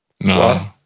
No